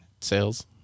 sales